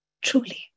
Truly